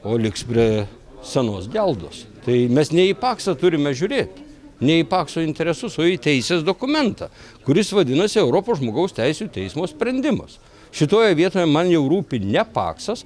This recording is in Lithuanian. o liks prie senos geldos tai mes ne į paksą turime žiūrėt ne į pakso interesus o į teisės dokumentą kuris vadinasi europos žmogaus teisių teismo sprendimas šitoje vietoje man jau rūpi ne paksas